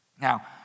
Now